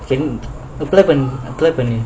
apply பன்னு:pannu apply பன்னு:pannu